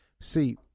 See